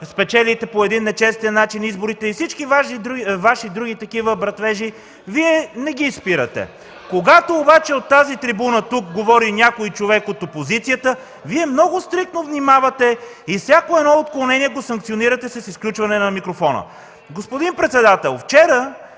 спечелите по нечестен начин изборите и всички Ваши други брътвежи, Вие не ги спирате. Когато обаче от тази трибуна, тук, говори човек от опозицията, Вие много стриктно внимавате и всяко едно отклонение санкционирате с изключване на микрофона. Господин председател, вчера